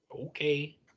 okay